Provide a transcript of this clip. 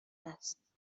هست